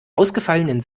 ausgefallenen